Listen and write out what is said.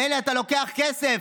מילא אתה לוקח כסף,